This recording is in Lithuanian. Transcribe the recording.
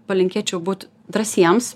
palinkėčiau būt drąsiems